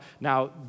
now